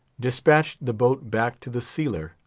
dispatched the boat back to the sealer,